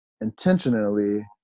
intentionally